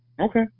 Okay